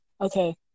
okay